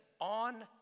on